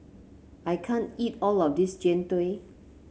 I can't eat all of this Jian Dui